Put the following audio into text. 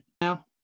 Now